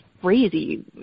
crazy